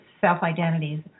self-identities